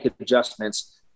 adjustments